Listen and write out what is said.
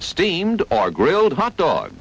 steamed or grilled hot dog